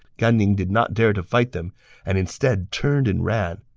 gan ning did not dare to fight them and instead turned and ran,